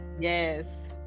yes